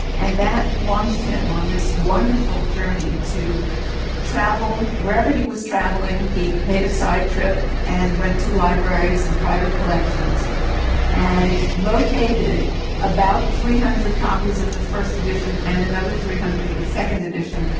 and that launched him on this wonderful journey to travel, wherever he was travelling he made a side trip and went to libraries and private collections and located about three hundred copies of the first edition and another three hundred of the second edition,